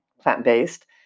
plant-based